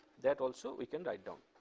that also we can write down.